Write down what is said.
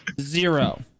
zero